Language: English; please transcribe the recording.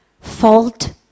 fault